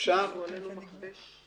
--- עשו עלינו מכבש.